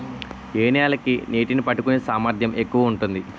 ఏ నేల కి నీటినీ పట్టుకునే సామర్థ్యం ఎక్కువ ఉంటుంది?